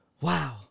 wow